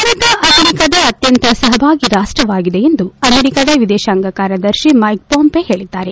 ಭಾರತ ಅಮೆರಿಕಾದ ಅತ್ಯಂತ ಸಹಭಾಗಿ ರಾಷ್ಟವಾಗಿದೆ ಎಂದು ಅಮೆರಿಕಾದ ವಿದೇಶಾಂಗ ಕಾರ್ಯದರ್ಶಿ ಮೈಕ್ ಪೊಂಪೆ ಹೇಳಿದ್ದಾರೆ